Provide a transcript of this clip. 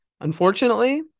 Unfortunately